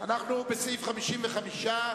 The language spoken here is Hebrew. אנחנו בסעיף 55,